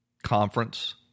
conference